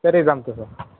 तरी जमतं सर